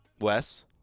Wes